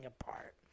apart